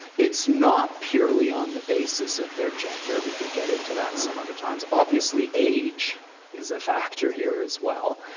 it's not purely on the basis of their gender. we could get into that some other times. obviously, age is a factor here as well,